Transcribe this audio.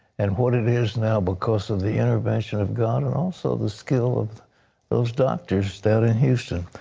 and what it is now because of the intervention of god. and also the skill of those doctors down in houston.